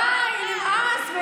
די, נמאס.